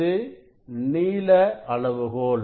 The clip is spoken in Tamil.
இது நீளஅளவுகோல்